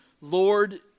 Lord